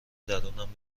درونم